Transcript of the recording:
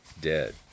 dead